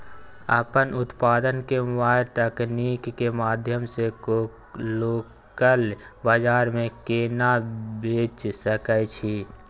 अपन उत्पाद के मोबाइल तकनीक के माध्यम से लोकल बाजार में केना बेच सकै छी?